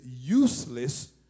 useless